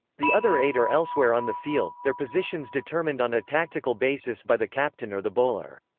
the other eight are elsewhere on the field, their positions determined on a tactical basis by the captain or the bowler.